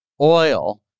oil